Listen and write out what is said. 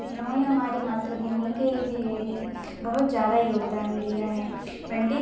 इन्होंने हमारी मातृभूमि के लिए भी बहुत ज़्यादा योगदान दिया है पंडित